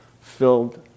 filled